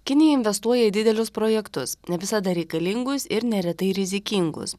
kinija investuoja į didelius projektus ne visada reikalingus ir neretai rizikingus